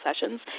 sessions